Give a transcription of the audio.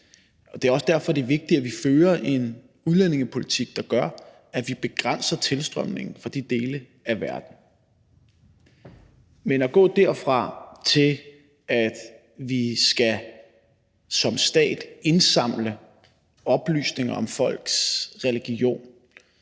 jeg. Det er også derfor, det er vigtigt, at vi fører en udlændingepolitik, der gør, at vi begrænser tilstrømningen fra de dele af verden. Men at gå derfra og til, at vi som stat skal indsamle oplysninger om folks religion,